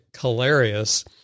hilarious